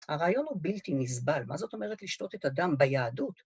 הרעיון הוא בלתי נסבל, מה זאת אומרת לשתות את הדם ביהדות?